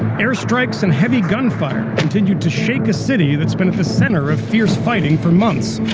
airstrikes and heavy gunfire continued to shake a city that's been at the center of fierce fighting for months